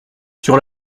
sur